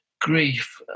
grief